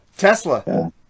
Tesla